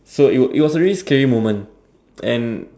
so it was really scary moment and